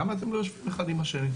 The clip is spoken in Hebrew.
למה אתם לא יושבים אחד עם השני?